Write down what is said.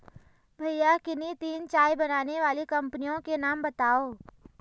भैया किन्ही तीन चाय बनाने वाली कंपनियों के नाम बताओ?